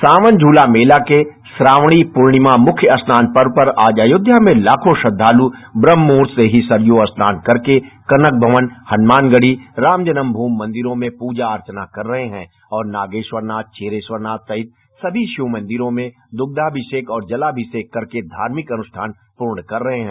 सावन झूला मेला के श्रावणी पूर्णिमा मुख्य स्नान पर्व पर आज अयोध्या में लाखों श्रद्धालु ब्रम्हमूहर्त से ही सरयू स्नान कर के कनक भवन हनुमानगढ़ी रामजन्म भूमि मदिरों में पूजा अर्चना कर रहे हैं और नागेस्वरनाथ क्षीरेस्वरनाथ सहित सभी शिव मदिरों में दुष्याभिषक और जलाभिषेक कर के धार्मिक अनुखान पूर्ण कर रहे हैं